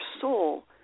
soul